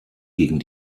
gegen